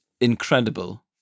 incredible